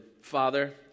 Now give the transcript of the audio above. Father